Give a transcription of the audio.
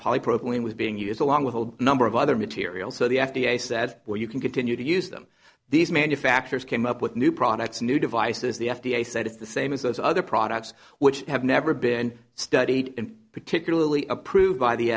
polypropylene was being used along with old number of other materials so the f d a says well you can continue to use them these manufacturers came up with new products new devices the f d a said it's the same as those other products which have never been studied in particularly approved by the